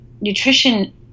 nutrition